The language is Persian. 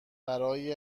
برای